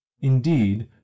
indeed